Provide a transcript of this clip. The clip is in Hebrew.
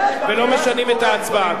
ולא משנים את ההצבעה.